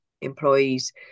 employees